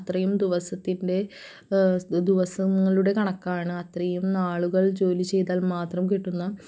അത്രയും ദിവസത്തിൻ്റെ ദിവസങ്ങളുടെ കണക്കാണ് അത്രയും നാളുകൾ ജോലി ചെയ്താൽ മാത്രം കിട്ടുന്ന